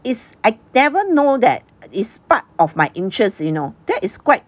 is I never know that is part of my interest you know that is quite